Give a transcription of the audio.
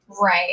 right